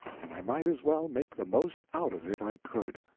and i might as well make the most out of it i could.